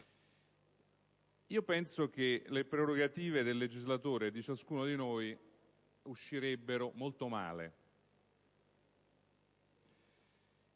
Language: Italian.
penso che le prerogative del legislatore e di ciascuno di noi ne uscirebbero molto male.